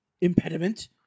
Impediment